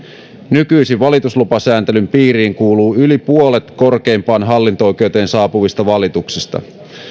nykyisin valituslupasääntelyn piiriin kuuluu yli puolet korkeimpaan hallinto oikeuteen saapuvista valituksista